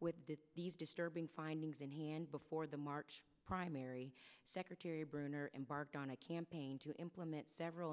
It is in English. with these disturbing findings in hand before the march primary secretary bruner embarked on a campaign to implement several